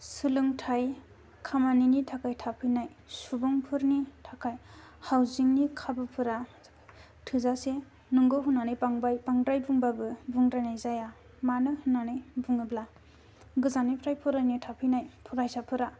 सोलोंथाइ खामानि नि थाखाय थाफैनाय सुबुंफोरनि थाखाय हाउजिंनि खाबुफोरा थोजासे नोंगौ होननानै बांद्राय बुंब्लाबो बुंद्रायनाय जाया मानो होननानै बुङोब्ला गोजाननिफ्राय फरायनो थाफैनाय फरायसाफोरा